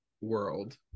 world